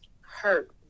hurt